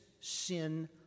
sin